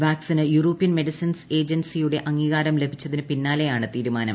വാക്സിന് European medicines ഏജൻസിയുടെ അംഗീകാരം ലഭിച്ചതിന് പിന്നാലെയാണ് തീരുമാനം